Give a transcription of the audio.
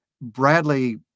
Bradley